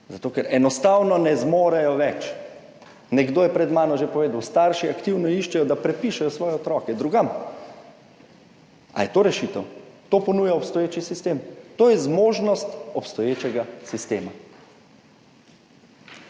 zato ker enostavno ne zmorejo več. Nekdo je pred mano že povedal. Starši aktivno iščejo, da prepišejo svoje otroke drugam. Ali je to rešitev? To ponuja obstoječi sistem. To je zmožnost obstoječega sistema.